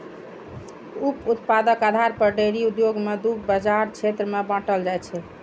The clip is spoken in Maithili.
उप उत्पादक आधार पर डेयरी उद्योग कें दू बाजार क्षेत्र मे बांटल जाइ छै